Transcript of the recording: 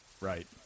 right